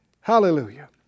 Hallelujah